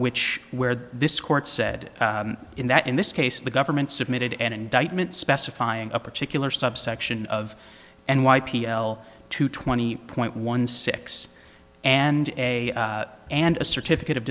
which where this court said in that in this case the government submitted an indictment specifying a particular subsection of and y p l two twenty point one six and a and a certificate of